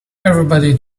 everybody